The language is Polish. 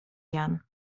jan